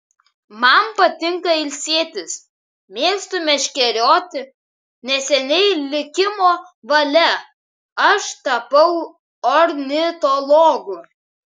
man patinka ilsėtis mėgstu meškerioti neseniai likimo valia aš tapau ornitologu